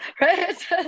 right